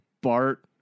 Bart